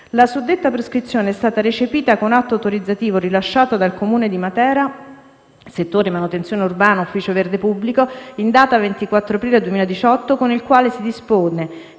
La suddetta prescrizione è stata recepita con atto autorizzativo rilasciato dal Comune di Matera - settore manutenzione urbana ufficio verde pubblico in data 24 aprile 2018, con il quale si dispone